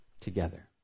together